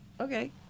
Okay